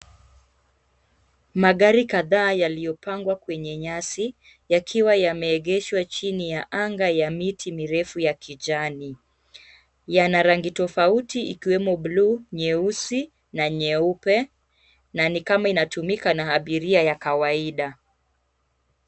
Magari kadhaa yaliyopangwa kwenye nyasi yakiwa yameegeshwa chini ya anga ya miti mirefu ya kijani. Yana rangi tofauti ikiwemo buluu, nyeusi na nyeupe na ni kama inatumika na abiria wa kawaida.